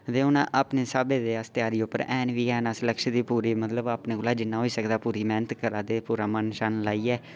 ते हून अस अपने स्हाबै दे त्यारी उप्पर आं हैन बी ऐं अस लक्ष दी पूरी मतलब अपने कोला जिन्ना बी होई सकदा पूरी मेह्नत करादे पूरा मन शन लाइयै